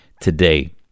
Today